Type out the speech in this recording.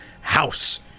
house